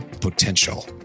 potential